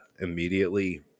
Immediately